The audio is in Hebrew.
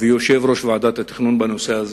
ויושב-ראש ועדת התכנון בנושא הזה.